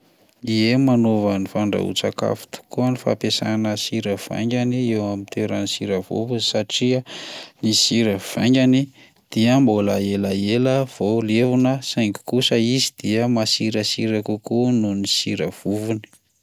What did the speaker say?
Ie manova ny fandrahoan-tsakafo tokoa ny fampiasana sira vaingany eo amin'ny toeran'ny sira vovony satria ny sira vaingany dia mbola elaela vao levona saingy kosa izy dia masirasira kokoa noho ny sira vovony.